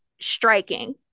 striking